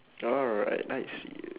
alright I see